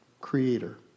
creator